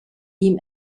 ihm